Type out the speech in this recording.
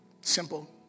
Simple